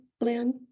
Lynn